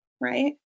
right